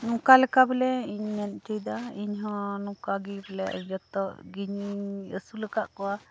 ᱱᱚᱝᱠᱟ ᱞᱮᱠᱟ ᱵᱚᱞᱮ ᱤᱧ ᱢᱮᱱ ᱚᱪᱚᱭᱮᱫᱟ ᱤᱧᱦᱚᱸ ᱱᱚᱝᱠᱟ ᱜᱮ ᱵᱚᱞᱮ ᱡᱚᱛᱚ ᱜᱮᱧ ᱟᱹᱥᱩᱞ ᱟᱠᱟᱫ ᱠᱚᱣᱟ